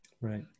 Right